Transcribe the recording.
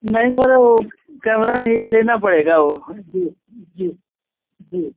नहीं सर वह कैमरा नहीं है लेना पड़ेगा वह हाँ जी जी जी